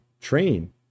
train